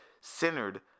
centered